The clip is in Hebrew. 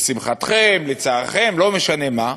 לשמחתכם, לצערכם, לא משנה מה,